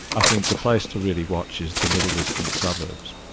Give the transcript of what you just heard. i think the place to really watch is the middle distance suburbs.